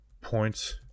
points